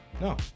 No